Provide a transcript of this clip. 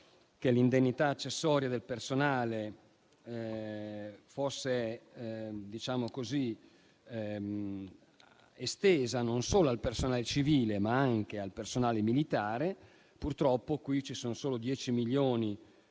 che l'indennità accessoria del personale fosse estesa non solo al personale civile ma anche al personale militare. Purtroppo qui ci sono solo 10 milioni